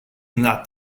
not